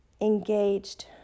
engaged